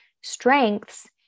strengths